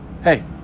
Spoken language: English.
Hey